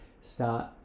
start